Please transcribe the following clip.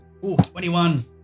21